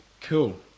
Cool